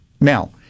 Now